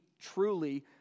truly